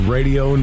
Radio